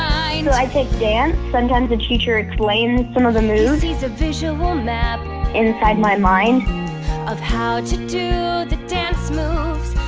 i take dance. sometimes, the teacher explains some of the moves he sees a visual map inside my mind of how to do the dance moves,